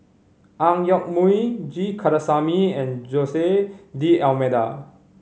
Ang Yoke Mooi G Kandasamy and Jose D'Almeida